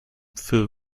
für